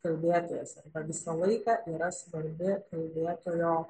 kalbėtojas arba visą laiką yra svarbi kalbėtojo